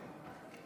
בעד, 53, נגד,